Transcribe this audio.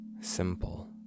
simple